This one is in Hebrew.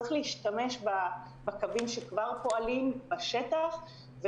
צריך להשתמש בקווים שכבר פועלים בשטח,